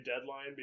deadline